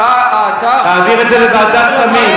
להעביר את זה לוועדת סמים,